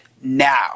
now